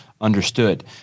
understood